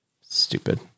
stupid